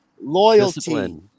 loyalty